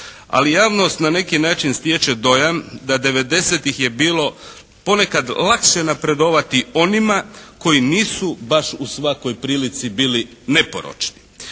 Ali javnost na neki način stječe dojam da '90-tih je bilo ponekad lakše napredovati onima koji nisu baš u svakoj prilici bili neporočni.